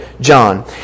John